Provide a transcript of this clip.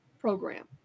program